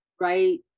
right